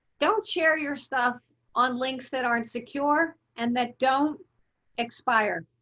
don't share your stuff on links that aren't secure and that don't expire.